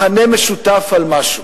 לייצר בחברה הישראלית מכנה משותף על משהו.